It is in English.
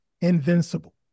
invincible